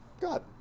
God